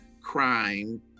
crime